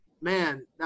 man